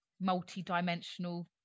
multi-dimensional